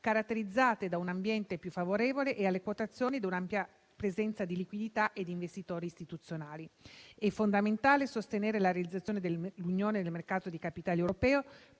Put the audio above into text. caratterizzate da un ambiente più favorevole alla quotazione e da un'ampia presenza di liquidità e di investitori istituzionali. È fondamentale sostenere la realizzazione dell'unione del mercato dei capitali europeo: